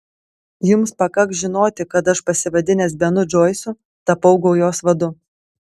jums pakaks žinoti kad aš pasivadinęs benu džoisu tapau gaujos vadu